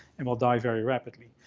and will die very rapidly.